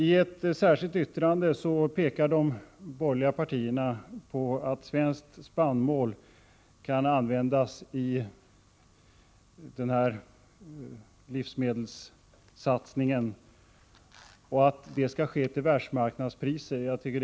I ett särskilt yttrande pekar de borgerliga partierna på att svensk spannmål kan användas vid den här livsmedelssatsningen och att världsmarknadspriser skall gälla.